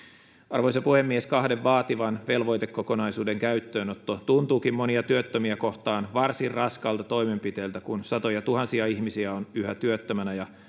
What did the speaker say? arvoisa puhemies kahden vaativan velvoitekokonaisuuden käyttöönotto tuntuukin monia työttömiä kohtaan varsin raskaalta toimenpiteeltä kun satojatuhansia ihmisiä on yhä työttömänä